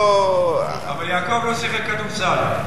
אבל יעקב לא שיחק כדורסל.